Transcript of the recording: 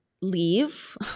leave